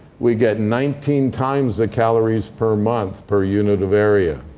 we get nineteen times the calories per month per unit of area.